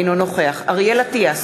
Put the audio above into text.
אינו נוכח אריאל אטיאס,